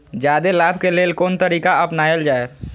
जादे लाभ के लेल कोन तरीका अपनायल जाय?